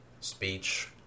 speech